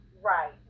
right